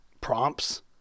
prompts